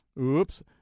Oops